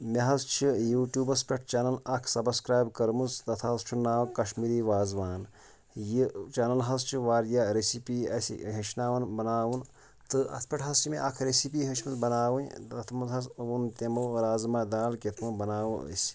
مےٚ حظ چھِ یوٗٹیوٗبَس پٮ۪ٹھ چَنل اَکھ سبسکرٛایب کٔرمٕژ تَتھ حظ چھُ ناو کَشمیٖری وازوان یہِ چَنَل حظ چھِ واریاہ ریسِپی اسہِ ہیٚچھناوان بَناوُن تہٕ اَتھ پٮ۪ٹھ حظ چھِ مےٚ اَکھ ریسِپی ہیٚچھمٕژ بَناوٕنۍ تَتھ منٛز حظ اوٚن تِمو رازمہ دال کِتھ پٲٹھۍ بَناوو أسۍ